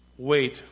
Wait